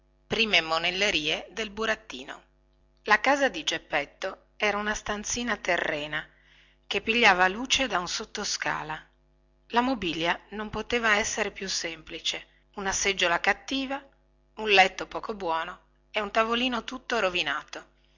prime monellerie del burattino la casa di geppetto era una stanzina terrena che pigliava luce da un sottoscala la mobilia non poteva essere più semplice una seggiola cattiva un letto poco buono e un tavolino tutto rovinato